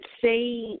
say